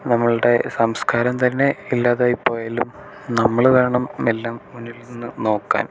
നമ്മളുടെ സംസ്കാരം തന്നെ ഇല്ലാതായി പോയാലും നമ്മൾ വേണം എല്ലാം മുന്നിൽ നിന്ന് നോക്കാൻ